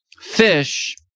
Fish